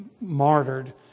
martyred